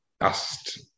asked